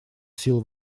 сил